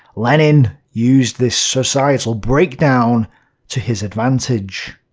lenin used this societal breakdown to his advantage.